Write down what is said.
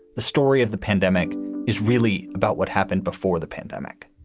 the story of the pandemic is really about what happened before the pandemic.